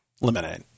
lemonade